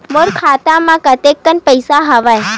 मोर खाता म कतेकन पईसा हवय?